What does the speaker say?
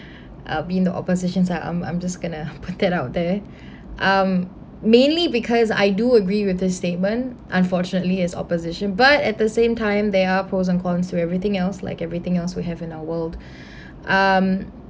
uh been in the opposition side I'm I'm just going to put that out there um mainly because I do agree with this statement unfortunately as opposition but at the same time there are pros and cons to everything else like everything else we have in our world um